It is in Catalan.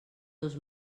dos